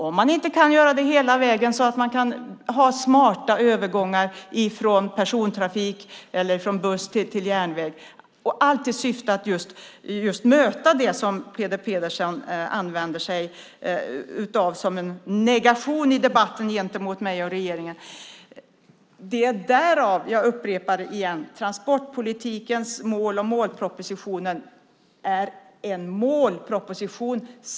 Om det inte kan göras hela vägen så att det finns smarta övergångar från persontrafik eller från buss till järnväg - allt i syfte att möta det som Peter Pedersen använder sig av som en negation i debatten gentemot mig och regeringen - får jag upprepa: När det gäller transportpolitikens mål och målpropositionen är det fråga om just en målproposition.